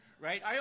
Right